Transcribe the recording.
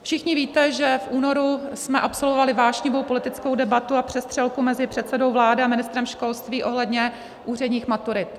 Všichni víte, že v únoru jsme absolvovali vášnivou politickou debatu a přestřelku mezi předsedou vlády a ministrem školství ohledně úředních maturit.